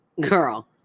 Girl